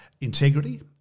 integrity